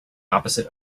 opposite